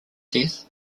death